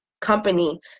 company